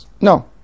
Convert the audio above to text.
No